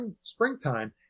springtime